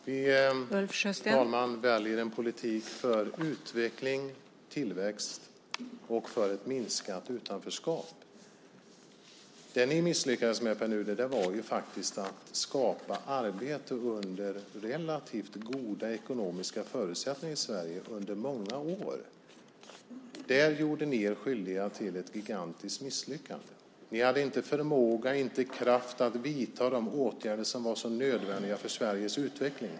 Fru talman! Vi väljer en politik för utveckling, tillväxt och ett minskat utanförskap. Det ni misslyckades med, Pär Nuder, var att skapa arbete under relativt goda ekonomiska förutsättningar i Sverige under många år. Där gjorde ni er skyldiga till ett gigantiskt misslyckande. Ni hade inte förmåga, inte kraft att vidta de åtgärder som var så nödvändiga för Sveriges utveckling.